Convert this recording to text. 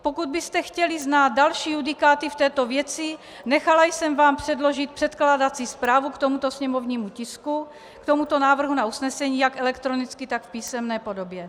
Pokud byste chtěli znát další judikáty v této věci, nechala jsem vám předložit předkládací zprávu k tomuto sněmovnímu tisku, k tomuto návrhu na usnesení, jak elektronicky, tak v písemné podobě.